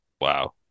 Wow